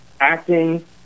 acting